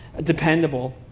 dependable